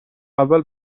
اول